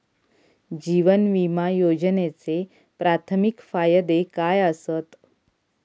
जीवन विमा योजनेचे प्राथमिक फायदे काय आसत?